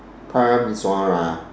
Parameswara